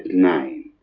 nine.